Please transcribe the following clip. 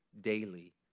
daily